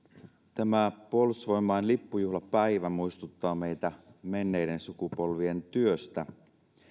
tämä puolustusvoimain lippujuhlan päivä muistuttaa meitä menneiden sukupolvien työstä